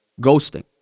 ghosting